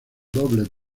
doble